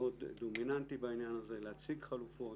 מאוד דומיננטי בעניין הזה, להציג חלופות,